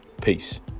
Peace